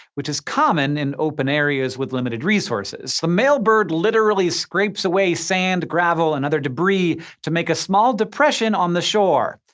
which is common in open areas with limited resources. the male bird literally scrapes away sand, gravel, and other debris to make a small depression on the shore.